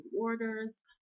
orders